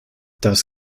das